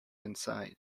inside